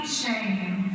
shame